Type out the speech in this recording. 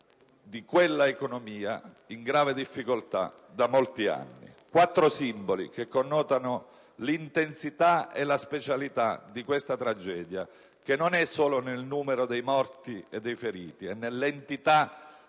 per quella economia in grave difficoltà da molti anni. Quattro simboli che connotano l'intensità e la specialità di questa tragedia, che non è solo nel numero dei morti e dei feriti o nell'entità